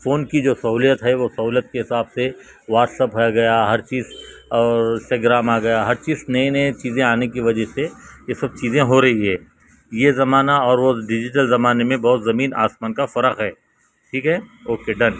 phone کی جو سہولیت ہے وہ سہولت کے حساب سے واٹس ایپ ہے گیا ہر چیز اور انسٹاگرام آ گیا ہر چیز نئے نئے چیزیں آنے کی وجہ سے یہ سب چیزیں ہو رہی ہے یہ زمانہ اور وہ ڈیجیٹل زمانے میں بہت زمین آسمان کا فرق ہے ٹھیک ہے اوکے ڈن